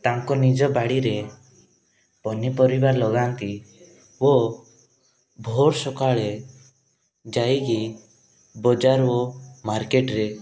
ତାଙ୍କ ନିଜ ବାଡ଼ିରେ ପନିପରିବା ଲଗାନ୍ତି ଓ ଭୋର ସକାଳେ ଯାଇକି ବଜାର ଓ ମାର୍କେଟରେ